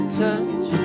touch